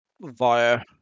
via